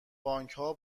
بانکها